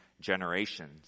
generations